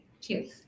Cheers